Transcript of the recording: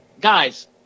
guys